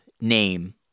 name